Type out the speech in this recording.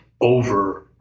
over